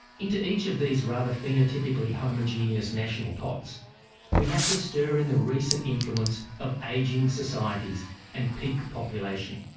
into each of these rather phenotypically homogeneous national pots we have to stir in the recent influence of aging societies and peak population.